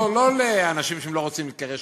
לא לאנשים שלא רוצים להיקרא שוטים.